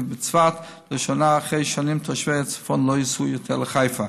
בצפת: לראשונה לאחר שנים תושבי הצפון לא ייסעו יותר לחיפה,